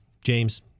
James